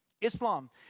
Islam